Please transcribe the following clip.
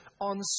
on